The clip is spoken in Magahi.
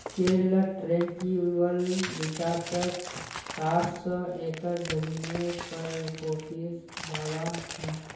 केरलत ट्रैंक्विल रिज़ॉर्टत चार सौ एकड़ ज़मीनेर पर कॉफीर बागान छ